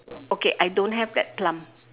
okay I don't have that plum